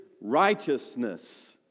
righteousness